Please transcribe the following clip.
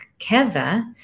keva